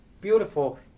beautiful